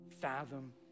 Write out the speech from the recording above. fathom